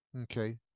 okay